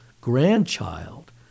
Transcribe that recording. grandchild